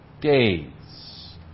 days